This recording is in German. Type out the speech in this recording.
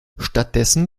stattdessen